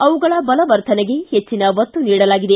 ಅವುಗಳ ಬಲವರ್ಧನೆಗೆ ಹೆಚ್ಚನ ಒತ್ತು ನೀಡಲಾಗಿದೆ